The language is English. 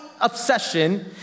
obsession